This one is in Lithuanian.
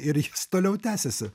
ir jis toliau tęsiasi